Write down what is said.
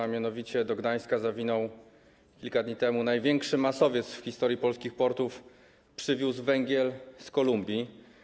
A mianowicie do Gdańska zawinął kilka dni temu największy masowiec w historii polskich portów, przywiózł węgiel z Kolumbii.